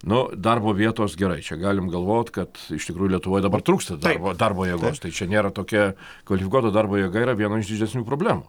nu darbo vietos gerai čia galim galvot kad iš tikrųjų lietuvoj dabar trūksta darbo darbo jėgos tai čia nėra tokia kvalifikuota darbo jėga yra viena iš didesnių problemų